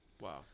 Wow